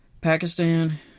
Pakistan